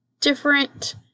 different